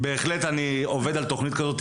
בהחלט אני עובד על תכנית כזאת,